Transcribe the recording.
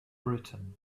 britain